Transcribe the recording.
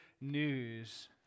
news